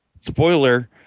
Spoiler